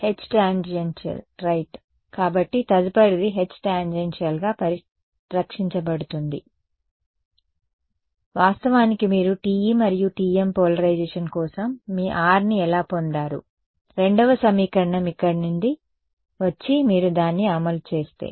H tangential right కాబట్టి తదుపరిది H టాంజెన్షియల్గా పరిరక్షించబడుతుంది వాస్తవానికి మీరు TE మరియు TM పోలరైజేషన్ కోసం మీ R ని ఎలా పొందారు రెండవ సమీకరణం ఇక్కడ నుండి వచ్చి మీరు దాన్ని అమలు చేస్తే